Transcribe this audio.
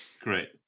Great